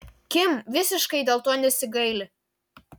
kim visiškai dėl to nesigaili